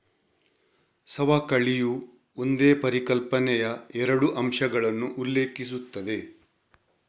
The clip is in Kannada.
ಸವಕಳಿಯು ಒಂದೇ ಪರಿಕಲ್ಪನೆಯ ಎರಡು ಅಂಶಗಳನ್ನು ಉಲ್ಲೇಖಿಸುತ್ತದೆ